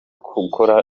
gukora